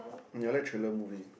ya I like thriller movies